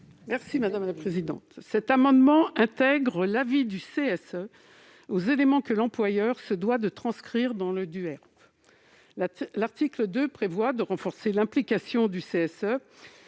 Mme Raymonde Poncet Monge. Cet amendement vise à intégrer l'avis du CSE aux éléments que l'employeur se doit de transcrire dans le DUERP. L'article 2 prévoit de renforcer l'implication du CSE,